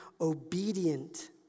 obedient